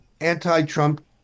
anti-Trump